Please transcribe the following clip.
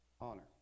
honor